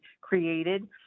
created